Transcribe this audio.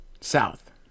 south